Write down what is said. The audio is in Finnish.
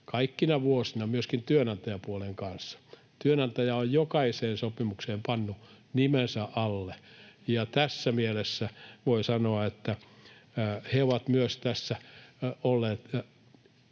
kaikkina vuosina myöskin työnantajapuolen kanssa. Työnantaja on jokaiseen sopimukseen pannut nimensä alle. Ja tässä mielessä voi sanoa, että he ovat myös tässä olleet